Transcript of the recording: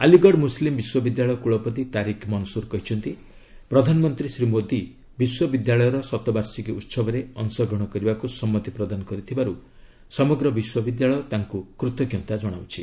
Aligarh Muslim ବିଶ୍ୱବିଦ୍ୟାଳୟ କୁଳପତି ତାରିକ୍ ମନସ୍କର୍ କହିଛନ୍ତି ପ୍ରଧାନମନ୍ତ୍ରୀ ଶ୍ରୀ ମୋଦି ବିଶ୍ୱବିଦ୍ୟାଳୟର ଶତବାର୍ଷିକୀ ଉତ୍ସବରେ ଅଂଶଗ୍ରହଣ କରିବାକୁ ସମ୍ମତି ପ୍ରଦାନ କରିଥିବାରୁ ସମଗ୍ର ବିଶ୍ୱବିଦ୍ୟାଳୟ ତାଙ୍କୁ କୃତଜ୍ଞତା ଜଣାଇଛି